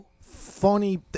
funny